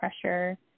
pressure